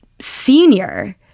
senior